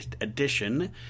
Edition